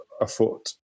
afoot